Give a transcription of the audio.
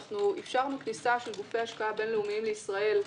אפשרנו כניסה של גופי השקעה בין-לאומיים לישראל,